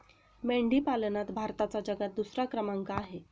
मेंढी पालनात भारताचा जगात दुसरा क्रमांक आहे